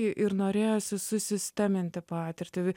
ir norėjosi susisteminti patirtį